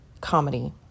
comedy